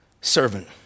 servant